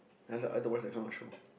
and after that I don't watch that kind of show